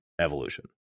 evolution